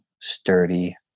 sturdy